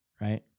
right